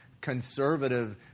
conservative